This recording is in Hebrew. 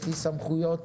לפי סמכויות